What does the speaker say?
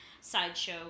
sideshow